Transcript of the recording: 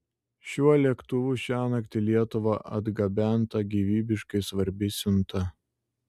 šiuo lėktuvu šiąnakt į lietuvą atgabenta gyvybiškai svarbi siunta